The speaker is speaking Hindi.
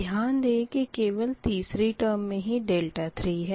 ध्यान दें कि केवल तीसरी टर्म मे ही 3 है